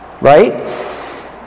Right